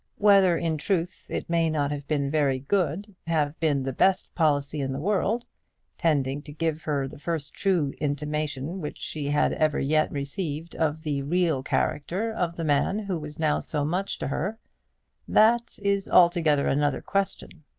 whether in truth it may not have been very good have been the best policy in the world tending to give her the first true intimation which she had ever yet received of the real character of the man who was now so much to her that is altogether another question.